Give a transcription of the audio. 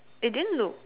it didn't look